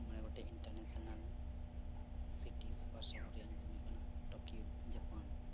ᱢᱚᱬᱮ ᱜᱚᱴᱮᱱ international cities ᱵᱟ ᱥᱚᱦᱚᱨ ᱨᱮᱭᱟᱜ ᱧᱩᱛᱢ ᱫᱚ ᱦᱩᱭᱩᱜ ᱠᱟᱱᱟ ᱴᱳᱠᱤᱭᱳ ᱡᱟᱯᱟᱱ